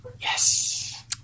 Yes